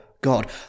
God